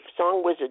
SongWizard